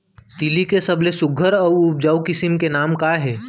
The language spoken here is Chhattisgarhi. तिलि के सबले सुघ्घर अऊ उपजाऊ किसिम के नाम का हे?